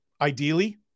Ideally